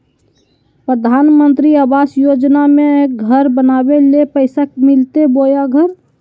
प्रधानमंत्री आवास योजना में घर बनावे ले पैसा मिलते बोया घर?